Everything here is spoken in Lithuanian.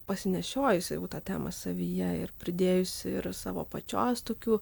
pasinešiojusi jau tą temos savyje ir pridėjusi ir savo pačios tokių